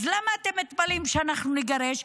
אז למה אתם מתפלאים שאנחנו נגרש?